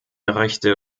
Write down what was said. rechte